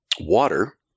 water